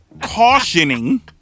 cautioning